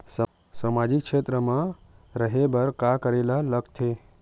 सामाजिक क्षेत्र मा रा हे बार का करे ला लग थे